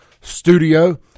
Studio